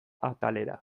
atalera